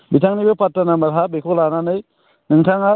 बिथांमोननिबो फाट्टा नाम्बार हा बेखौ लानानै नोथांङा